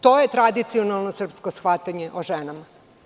To je tradicionalno srpsko shvatanje o ženama.